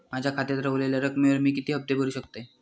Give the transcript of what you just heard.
माझ्या खात्यात रव्हलेल्या रकमेवर मी किती हफ्ते भरू शकतय?